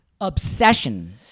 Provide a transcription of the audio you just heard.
obsession